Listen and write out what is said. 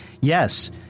Yes